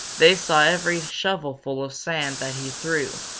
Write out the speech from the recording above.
they saw every shovelful of sand that he threw,